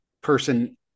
person